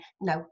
No